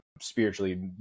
spiritually